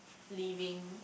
leaving